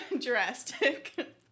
drastic